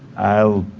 i'll.